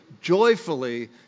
joyfully